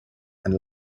and